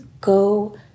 go